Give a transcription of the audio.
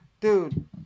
Dude